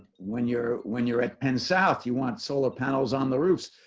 when you're when you're at penn south you want solar panels on the roof,